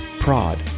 prod